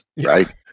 Right